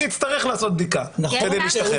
אני אצטרך לעשות בדיקה כדי להשתחרר.